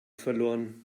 verloren